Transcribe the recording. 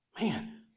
man